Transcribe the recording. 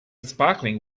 sparkling